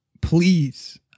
please